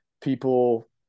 people